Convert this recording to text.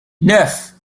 neuf